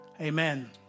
Amen